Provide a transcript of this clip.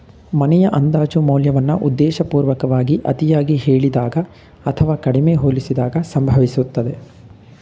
ಮನೆಯ ಅಂದಾಜು ಮೌಲ್ಯವನ್ನ ಉದ್ದೇಶಪೂರ್ವಕವಾಗಿ ಅತಿಯಾಗಿ ಹೇಳಿದಾಗ ಅಥವಾ ಕಡಿಮೆ ಹೋಲಿಸಿದಾಗ ಸಂಭವಿಸುತ್ತದೆ